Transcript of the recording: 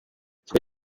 ikigo